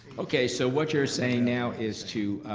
okay, so what you're saying now is to,